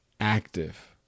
active